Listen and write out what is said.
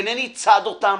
אינני צד אותם.